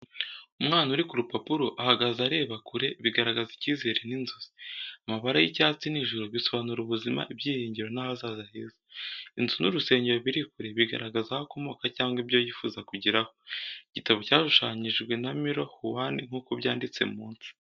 Umwana uri ku rupapuro ahagaze areba kure, bigaragaza icyizere n’inzozi. Amabara y’icyatsi n’ijuru bisobanura ubuzima, ibyiringiro, n’ahazaza heza. Inzu n’urusengero biri kure bigaragaza aho akomoka cyangwa ibyo yifuza kugeraho. Igitabo cyashushanyijwe na Milo Huan, nk’uko byanditse munsi.